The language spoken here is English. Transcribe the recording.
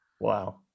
Wow